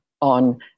on